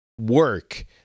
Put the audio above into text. work